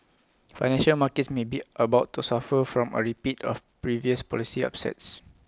financial markets may be about to suffer from A repeat of previous policy upsets